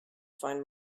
find